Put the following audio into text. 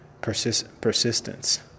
persistence